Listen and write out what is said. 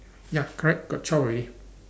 ya correct got twelve already